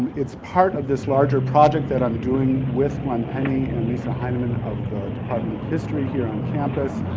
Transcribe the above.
it's part of this larger project that i'm doing with glenn penny and lisa heineman of the department of history here on campus.